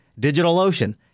DigitalOcean